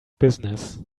business